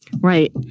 Right